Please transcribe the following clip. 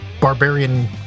barbarian